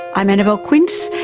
i'm annabelle quince,